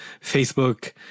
Facebook